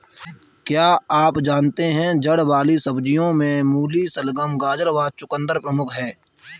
क्या आप जानते है जड़ वाली सब्जियों में मूली, शलगम, गाजर व चकुंदर प्रमुख है?